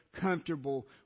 comfortable